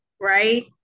right